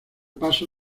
paso